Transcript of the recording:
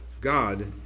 God